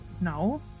No